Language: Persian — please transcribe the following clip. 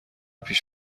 پیش